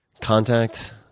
contact